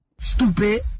Stupid